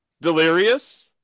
Delirious